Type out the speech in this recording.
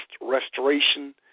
Restoration